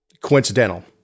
coincidental